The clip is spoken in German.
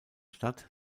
stadt